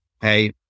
Hey